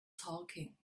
talking